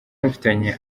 afitanye